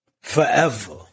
Forever